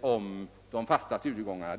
om de fasta studiegångarna.